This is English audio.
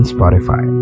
Spotify